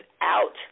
out